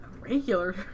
Regular